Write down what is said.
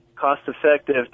cost-effective